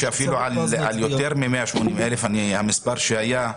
ולכן אנחנו נסגור את זה